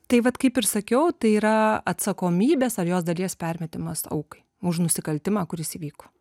tai vat kaip ir sakiau tai yra atsakomybės ar jos dalies permetimas aukai už nusikaltimą kuris įvyko